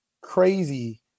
crazy